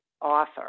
author